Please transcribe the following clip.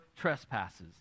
trespasses